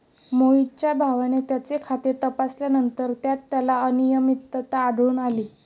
मोहितच्या भावाने त्याचे खाते तपासल्यानंतर त्यात त्याला अनियमितता आढळून आली